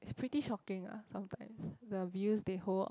it's pretty shocking ah sometimes the view they hold